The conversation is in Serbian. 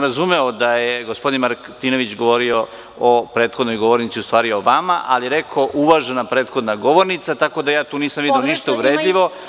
Razumeo sam da je gospodin Martinović govorio o prethodnoj govornici, tj. o vama, ali je rekao – uvažena prethodna govornica, tako da tu nisam video ništa uvredljivo.